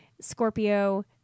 Scorpio